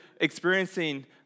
experiencing